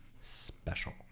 special